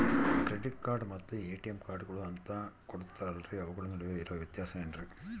Credit card ಮತ್ತ ATM ಕಾರ್ಡುಗಳು ಅಂತಾ ಕೊಡುತ್ತಾರಲ್ರಿ ಅವುಗಳ ನಡುವೆ ಇರೋ ವ್ಯತ್ಯಾಸ ಏನ್ರಿ?